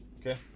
Okay